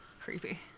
creepy